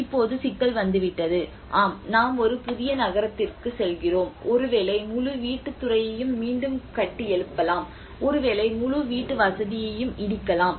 இப்போது சிக்கல் வந்துவிட்டது ஆம் நாம் ஒரு புதிய நகரத்திற்குச் செல்கிறோம் ஒருவேளை முழு வீட்டுத் துறையையும் மீண்டும் கட்டியெழுப்பலாம் ஒருவேளை முழு வீட்டுவசதியையும் இடிக்கலாம்